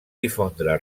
difondre